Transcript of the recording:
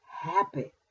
happy